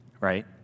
right